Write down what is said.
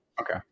Okay